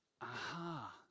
aha